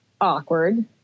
awkward